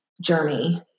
journey